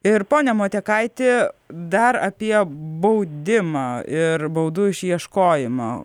ir pone motiekaiti dar apie baudimą ir baudų išieškojimą